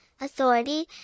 authority